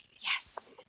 Yes